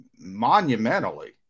monumentally